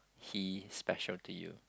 he special to you